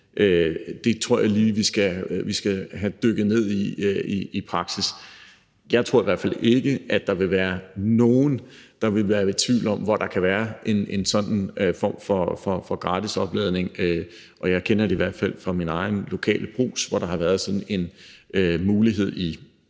det, tror jeg lige vi skal have dykket ned i i praksis. Jeg tror i hvert fald ikke, at der vil være nogen, der ville være i tvivl om, hvor der kan være en sådan form for gratis opladning. Jeg kender det i hvert fald fra min egen lokale brugs, hvor der har været sådan en mulighed i